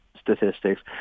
statistics